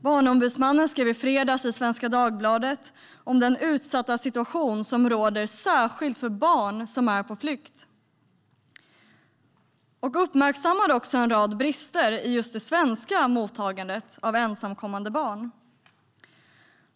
Barnombudsmannen skrev i fredags i Svenska Dagbladet om den utsatta situation som råder, särskilt för barn som är på flykt. Han uppmärksammade också en rad brister i just det svenska mottagandet av ensamkommande barn.